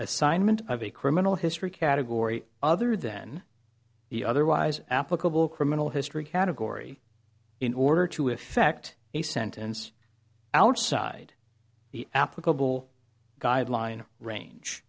assignment of a criminal history category other than the otherwise applicable criminal history category in order to effect a sentence outside the applicable guideline range